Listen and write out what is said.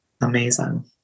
Amazing